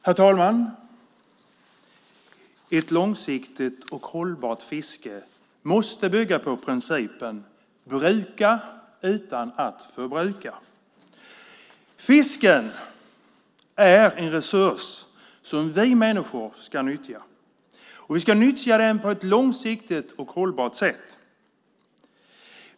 Herr talman! Ett långsiktigt och hållbart fiske måste bygga på principen bruka utan att förbruka. Fiske är en resurs som vi människor ska nyttja, och vi ska nyttja den på ett långsiktigt och hållbart sätt.